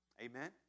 Amen